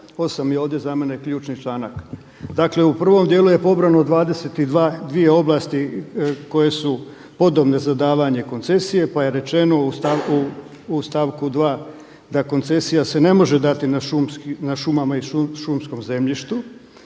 8. je ovdje za mene ključni članak. Dakle, u prvom dijelu je pobrojano 22 oblasti koje su podobne za davanje koncesije, pa je rečeno u stavku 2. da koncesija se ne može dati na šumama i šumskom zemljištu.